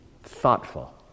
thoughtful